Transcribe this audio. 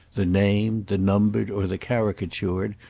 the named, the numbered or the caricatured,